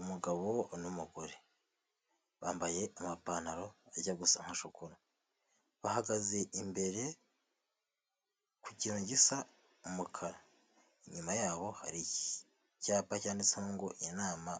Umugabo n'umugore, bambaye amapantaro ajya gusa nka shokora, bahagaze imbere ku kintu gisa umukara, inyuma yabo hari icyapa cyanditse ngo inama